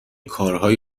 کارهای